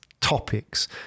topics